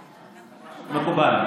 מקובל.